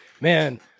Man